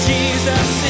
Jesus